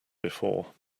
before